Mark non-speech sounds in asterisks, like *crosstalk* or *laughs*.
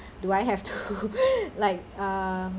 do I have to *laughs* like um